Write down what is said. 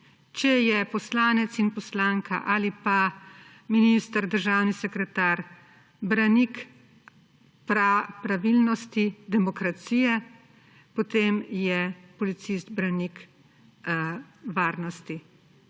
Če je poslanec in poslanka ali pa minister, državni sekretar branik pravilnosti demokracije, potem je policist branik varnosti.